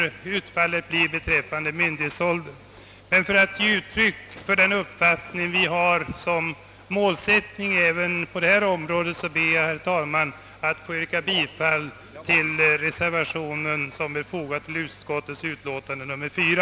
Självklart bör valbarhetsoch myndighetsålder sammanfalla. För att ge uttryck för vår uppfattning på detta område ber jag emellertid, herr talman, att få yrka bifall till den reservation som fogats till konstitutionsutskottets utlåtande nr 4.